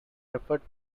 referred